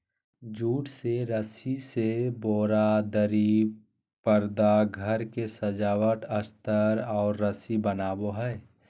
jute से रस्सी से बोरा, दरी, परदा घर के सजावट अस्तर और रस्सी बनो हइ